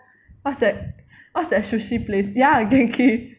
what's that what's their sushi place ya Genki